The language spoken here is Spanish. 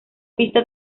pista